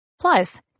Plus